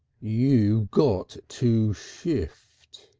you got to shift.